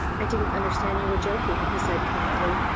i didn't understand you were joking, he said quietly.